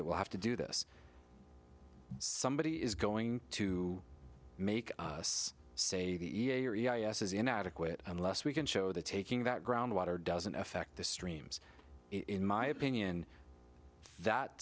it we'll have to do this somebody is going to make us say yes is inadequate unless we can show that taking that ground water doesn't affect the streams in my opinion that